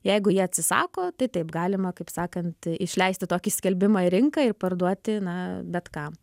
jeigu jie atsisako tai taip galima kaip sakant išleisti tokį skelbimą į rinką ir parduoti na bet kam